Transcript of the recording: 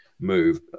move